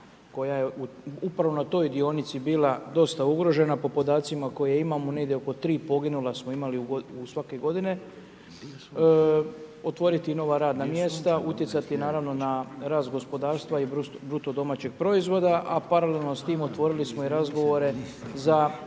koja je upravo na toj dionici bila dosta ugrožena, po podacima koje imamo negdje oko 3 poginula smo imali svake godine, otvoriti nova radna mjesta, utjecati naravno na rast gospodarstva i BDP-a, a paralelno s tim, otvorili smo razgovore za